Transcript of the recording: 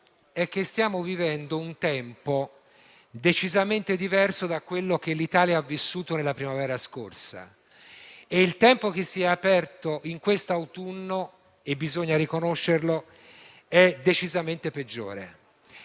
stiamo vivendo un tempo decisamente diverso da quello che l'Italia ha vissuto nella primavera scorsa: è il tempo che si è aperto in questo autunno e - bisogna riconoscerlo - è decisamente peggiore.